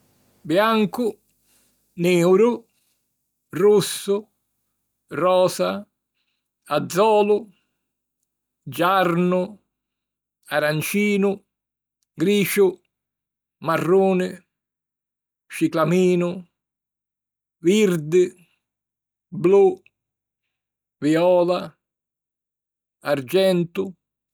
biancu, niuru, russu, rosa, azzolu, giarnu, arancinu, griciu, marruni, ciclaminu, virdi, blu, viola, argentu